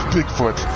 Bigfoot